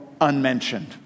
unmentioned